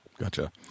Gotcha